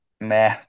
meh